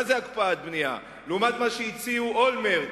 מה זה הקפאת בנייה לעומת מה שהציע אולמרט,